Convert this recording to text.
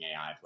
AI